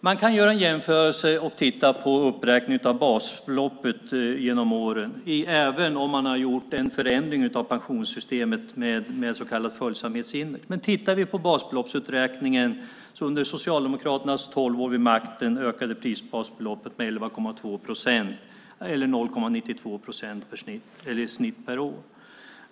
Man kan göra en jämförelse och titta på uppräkningen av basbeloppet genom åren, även om man har gjort en förändring av pensionssystemet med ett så kallat följsamhetsindex. Men när det gäller basbeloppsuppräkningen ökade prisbasbeloppet under Socialdemokraternas tolv år vid makten med 11,2 procent eller med 0,92 procent i snitt per år.